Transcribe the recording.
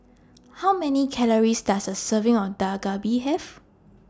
How Many Calories Does A Serving of Dak Galbi Have